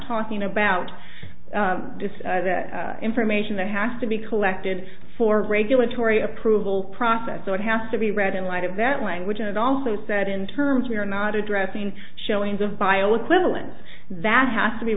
talking about this information that has to be collected for regulatory approval process so it has to be read in light of that language and also said in terms we are not addressing showings of bio acquittal and that has to be